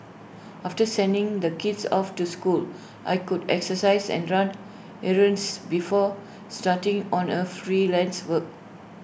after sending the kids off to school I could exercise and run errands before starting on A freelance work